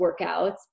workouts